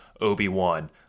Obi-Wan